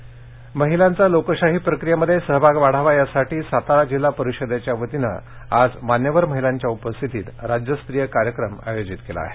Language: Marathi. सातारा महिलांचा लोकशाही प्रक्रियेमध्ये सहभाग वाढावा यासाठी सातारा जिल्हा परिषदेच्या वतीनं आज मान्यवर महिलांच्या उपस्थितीत राज्यस्तरीय कार्यक्रम आयोजित केला आहे